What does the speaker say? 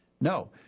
No